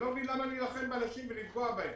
אני לא מבין למה להילחם באנשים ולפגוע בהם.